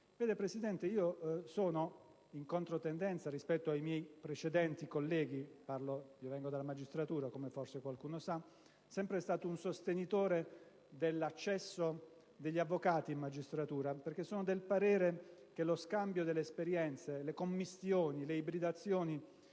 Presidente, sono in controtendenza rispetto ai miei precedenti colleghi - provengo dalla magistratura, come forse qualcuno sa - e sono sempre stato un sostenitore dell'accesso degli avvocati in magistratura, perché sono del parere che lo scambio di esperienze, le commistioni, le ibridazioni